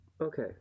Okay